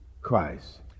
Christ